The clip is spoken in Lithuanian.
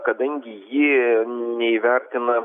kadangi ji neįvertina